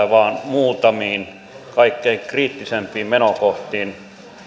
vain muutamiin kaikkein kriittisempiin menokohtiin